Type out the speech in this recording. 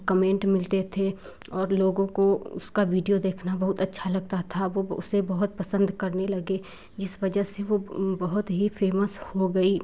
comment मिलते थे और लोगों को उसका वीडियो देखना बहुत अच्छा लगता था वो मुझसे बहुत पसंद करने लगे जिस वजह से वो बहुत ही फेमस हो गई